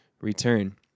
return